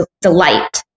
delight